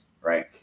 Right